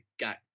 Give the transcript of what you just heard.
got